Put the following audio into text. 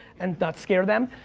and not scare them.